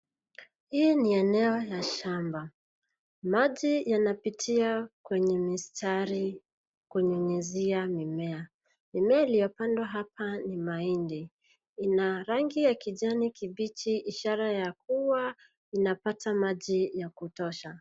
Hili ni eneo la shamba. Maji yanapitia kwenye mistari, kunyunyuzia mimea. Mimea iliyopandwa hapa ni mahindi. Ina rangi ya kijani kibichi, ishara ya kuwa inapata maji ya kutosha.